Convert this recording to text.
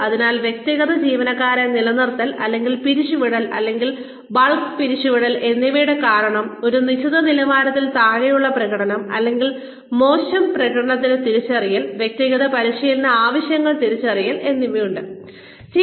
അതിനാൽ വ്യക്തിഗത ജീവനക്കാരെ നിലനിർത്തൽ അല്ലെങ്കിൽ പിരിച്ചുവിടൽ അല്ലെങ്കിൽ ബൾക്ക് പിരിച്ചുവിടൽ എന്നിവയുടെ കാരണം ഒരു നിശ്ചിത നിലവാരത്തിൽ താഴെയുള്ള പ്രകടനം അല്ലെങ്കിൽ മോശം പ്രകടനത്തിന്റെ തിരിച്ചറിയൽ വ്യക്തിഗത പരിശീലന ആവശ്യങ്ങൾ തിരിച്ചറിയൽ എന്നിവ ആണ്